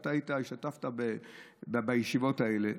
ואתה השתתפת בישיבות האלה,